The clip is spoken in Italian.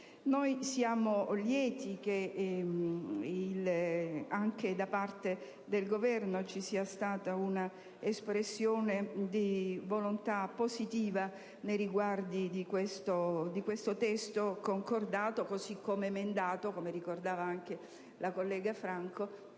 Noi siamo lieti che, anche da parte del Governo, ci sia stata una espressione di volontà positiva nei riguardi di questo testo concordato, così come emendato, come ricordava anche la collega Franco,